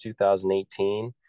2018